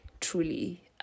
truly